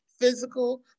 physical